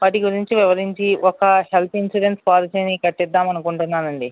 వాటి గురించి వివరించి ఒక హెల్త్ ఇన్సూరెన్స్ పాలసీని కట్టిద్దాం అనుకుంటున్నాను అండి